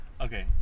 Okay